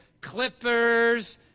Clippers